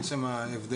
יש שם הבדל,